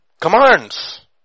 Commands